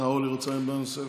אה, אורלי רוצה עמדה נוספת.